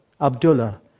Abdullah